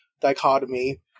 dichotomy